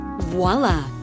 voila